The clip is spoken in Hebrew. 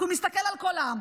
כי הוא מסתכל על כל העם.